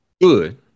Good